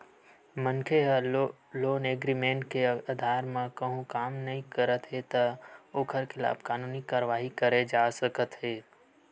मनखे ह loan agreement के अधार म कहूँ काम नइ करत हे त ओखर खिलाफ कानूनी कारवाही करे जा सकत हे